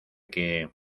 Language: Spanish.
que